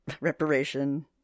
Reparation